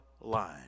line